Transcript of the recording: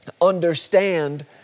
Understand